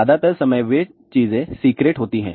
ज्यादातर समय वे चीजें सीक्रेट होती हैं